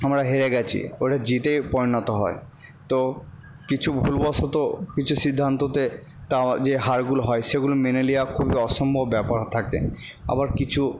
আমরা হেরে গেছি ওটা জিতেই পরিণত হয় তো কিছু ভুলবশত কিছু সিদ্ধান্ততে তাও যে হারগুলো হয় সেগুলো মেনে নেওয়া খুবই অসম্ভব ব্যাপার থাকে আবার কিছু